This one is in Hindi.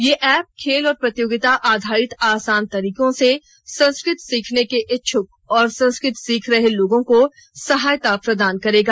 यह एप खेल और प्रतियोगिता आधारित आसान तरीके से संस्कृत सीखने के इच्छुक और संस्कृत सीख रहे लोगों को सहायता प्रदान करेगा